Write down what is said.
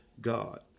God